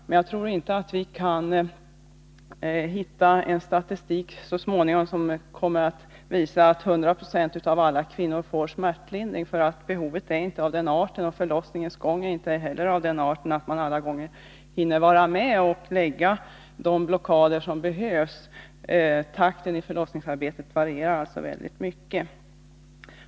Men jag tror inte att vi kan hitta någon statistik som så småningom kommer att visa att 100 96 av alla kvinnor får smärtlindring, för behovet är inte av den arten. Förlossningens gång är inte heller alltid av den arten att man hinner med att lägga de blockader som behövs. Takten i förlossningsarbetet varierar alltså väldigt mycket.